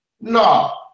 No